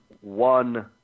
one